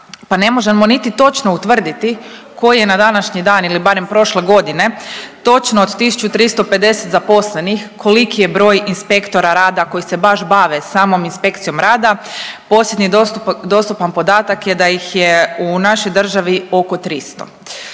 pa ne možemo niti točno utvrditi koji je na današnji dan ili barem prošle godine točno od 1350 zaposlenih koliki je broj inspektora rada koji se baš bave samom inspekcijom rada, posljednji dostupan podatak je da ih je u našoj državi oko 300.